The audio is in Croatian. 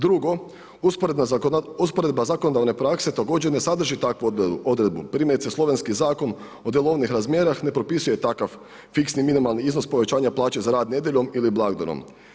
Drugo, usporedba zakonodavne prakse također ne sadrži takvu odredbu, primjerice slovenski Zakon o djelovnih razmjerah ne propisuje takav fiksni minimalni iznos povećanja plaća za rad nedjeljom ili blagdanom.